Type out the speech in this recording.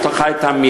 יש לך המבחר,